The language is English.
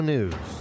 News